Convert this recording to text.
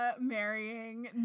marrying